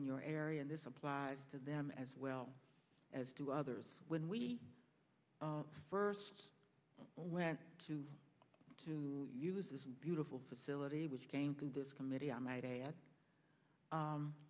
in your area and this applies to them as well as to others when we first went to to use this beautiful facility which came through this committee on my da